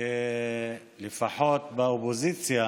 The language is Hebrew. לפחות מהאופוזיציה,